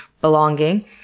Belonging